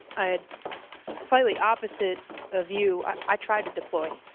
i had slightly opposite of you, i tried to deploy.